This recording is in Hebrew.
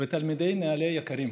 ותלמידי נעל"ה יקרים,